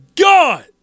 God